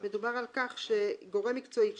מדובר על כך שגורם מקצועי,